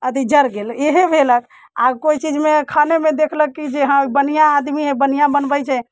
अथि जड़ गेलक इहे भेलक आओर कोइ चीजमे खानेमे देखलक कि जे हँ बन्हिआँ आदमी हय बन्हिआँ बनबै छै